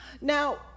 Now